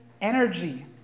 energy